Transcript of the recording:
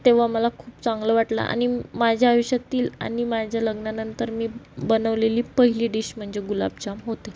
तेव्हा मला खूप चांगलं वाटलं आणि माझ्या आयुष्यातील आणि माझ्या लग्नानंतर मी बनवलेली पहिली डिश म्हणजे गुलाबजाम होते